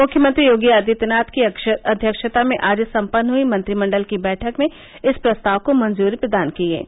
मुख्यमंत्री योगी आदित्यनाथ की अध्यक्षता में आज सम्पन्न हुयी मंत्रिमण्डल की बैठक में इस प्रस्ताव को मंजूरी प्रदान की गयी